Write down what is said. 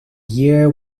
year